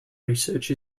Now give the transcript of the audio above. research